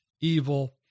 evil